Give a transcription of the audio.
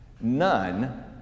None